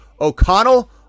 O'Connell